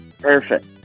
Perfect